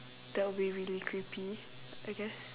that would be really creepy I guess